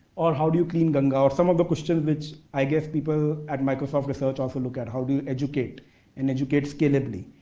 or how do you clean ganga, or some of the questions which i guess people at microsoft research also look at, how do you educate and educate scalably?